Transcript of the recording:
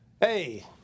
Hey